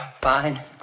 Fine